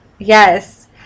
Yes